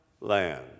land